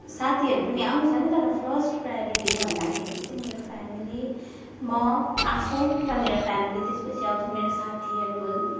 साथीहरू पनि आउँछन् तर फर्स्ट प्रायोरिटी भन्दाखेरि चाहिँ मेरो फेमिली म आफू र मेरो फेमिली त्यसपछि आउँछ मेरो साथीहरू